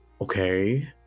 Okay